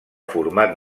format